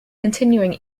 continuing